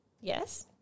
Yes